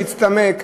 שהצטמק,